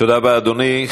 תודה רבה, אדוני.